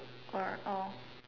or oh